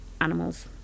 animals